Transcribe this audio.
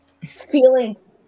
Feelings